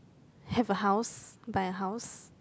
have a house buy a house